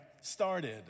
started